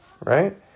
right